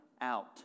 out